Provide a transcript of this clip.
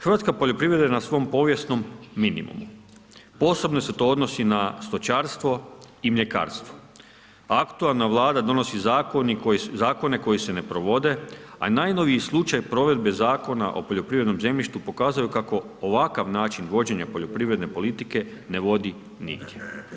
Hrvatska poljoprivreda je na svom povijesnom minimumu, posebno se to odnosi na stočarstvo i mljekarstvo a aktualna Vlada donosi zakone koji se ne provode a najnoviji slučaj provedbe Zakona o poljoprivrednom zemljištu pokazao je kako ovakav način vođenja poljoprivredne politike ne vodi nigdje.